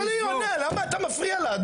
אבל היא עונה, למה אתה מפריע לה?